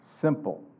Simple